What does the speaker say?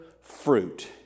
fruit